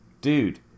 dude